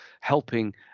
helping